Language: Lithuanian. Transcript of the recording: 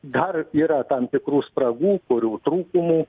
dar yra tam tikrų spragų kurių trūkumų